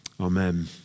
Amen